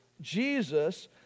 Jesus